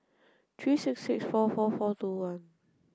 three six six four four four two one